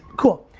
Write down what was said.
cool.